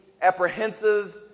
apprehensive